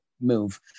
move